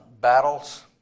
battles